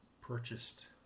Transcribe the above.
purchased